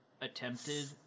attempted